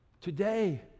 Today